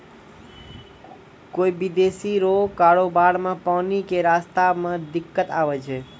कोय विदेशी रो कारोबार मे पानी के रास्ता मे दिक्कत आवै छै